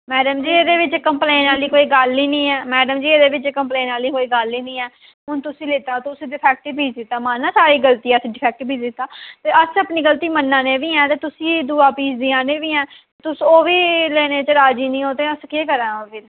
madam ji एह्दे बिच्च complain आह्ली कोई गल्ल नी ऐ मैडम जी एह्दे बिच्च कम्पलेन आह्ली कोई गल्ल ही नेईं ऐ हून तुसें लेता तुसें डिफेक्टिव पीस दित्ता मन्नेआ साढ़ी गल्ती ऐ असें डिफेक्टिव पीस दित्ता अस अपनी गल्ती मन्नै ने बी ऐं ते तुसी दूआ पीस देआ ने बी ऐं तुस ओह् बी लैने च राजी नि ओ ते अस केह् करां फिर